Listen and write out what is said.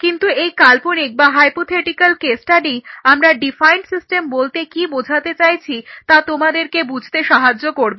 কিন্তু এই কাল্পনিক বা হাইপোথেটিক্যাল কেস স্টাডিই আমি ডিফাইন্ড সিস্টেম বলতে কি বোঝাতে চাইছি তা তোমাদেরকে বুঝতে সাহায্য করবে